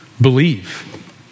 believe